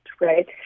right